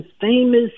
famous